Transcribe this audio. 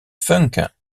funk